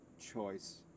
choice